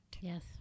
Yes